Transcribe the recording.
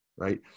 Right